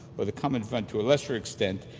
or the common fund to a lesser extent,